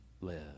live